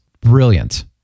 brilliant